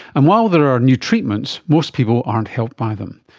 and while there are new treatments, most people aren't helped by them.